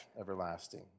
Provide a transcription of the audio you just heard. everlasting